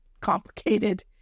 complicated